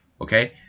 Okay